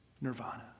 nirvana